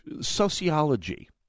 sociology